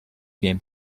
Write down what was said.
game